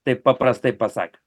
taip paprastai pasakius